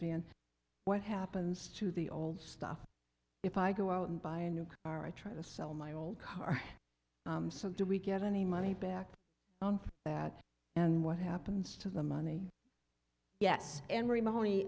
creations and what happens to the old stuff if i go out and buy a new car i try to sell my old car so do we get any money back on that and what happens to the money yes and remotely